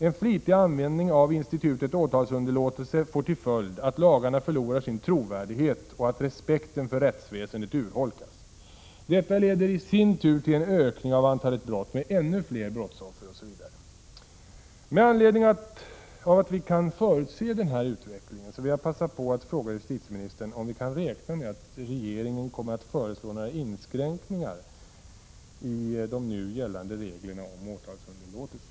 En flitig användning av institutet åtalsunderlåtelse får till följd att lagarna förlorar sin trovärdighet och att respekten för rättsväsendet urholkas. Detta leder i sin tur till en ökning av antalet brott, med ännu fler brottsoffer, osv. Med anledning av att den här utvecklingen kan förutses vill jag passa på att fråga justitieministern om regeringen kommer att föreslå några inskränkningar i de nu gällande reglerna om åtalsunderlåtelse.